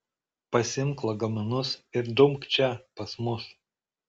pasiimk lagaminus ir dumk čia pas mus